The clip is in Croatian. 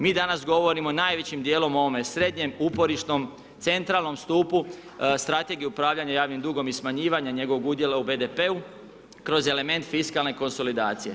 Mi danas govorimo najvećim dijelom o ovome srednjem uporišnom, centralnom stupu strategije upravljanja javnim dugom i smanjivanje njegovog udjela u BDP-u kroz element fiskalne konsolidacije.